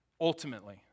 ultimately